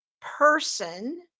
person